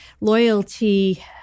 loyalty